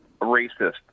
racist